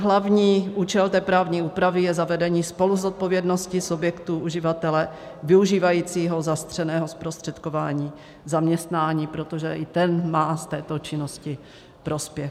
Hlavní účel té právní úpravy je zavedení spoluzodpovědnosti subjektu uživatele využívajícího zastřeného zprostředkování zaměstnání, protože i ten má z této činnosti prospěch.